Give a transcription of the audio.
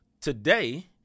Today